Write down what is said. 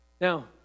Now